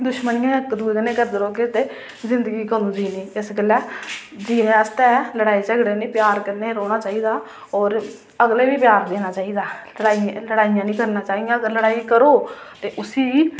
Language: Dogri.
दुशमनी गै इक्क दूए कन्नै करदे रौह्गे ते जिंदगी कदूं जीनी इस गल्ला ते जीने आस्तै लड़ाई झगड़े निं प्यार कन्नै रौह्ना चाहिदा ऐ होर अगले गी बी प्यार देना चाहिदा लड़ाइयां निं करना चाही दियां अगर लड़ाई करो ते उसी